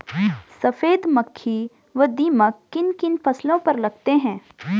सफेद मक्खी व दीमक किन किन फसलों पर लगते हैं?